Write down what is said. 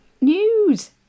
News